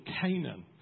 Canaan